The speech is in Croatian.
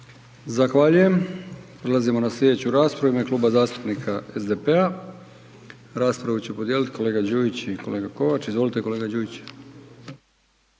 Zahvaljujem. Prelazimo na sljedeću raspravu. U ime Kluba zastupnika SDP-a raspravu će podijeliti kolega Đujić i kolega Kovač. Izvolite kolega Đujić.